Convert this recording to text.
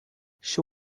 she